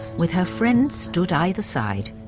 with her friends stood either side,